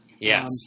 Yes